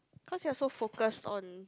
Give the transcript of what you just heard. cause you are so focused on